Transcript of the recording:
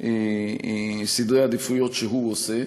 בסדרי העדיפויות שהוא עושה,